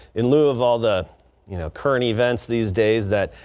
in lieu of all the you know current events these days that.